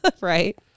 Right